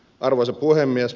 arvoisa puhemies